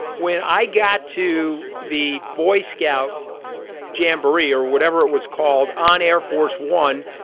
when i got to the boy scout jamboree or whatever it was called on air force one.